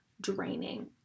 draining